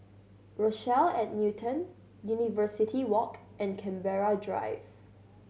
Rochelle at Newton University Walk and Canberra Drive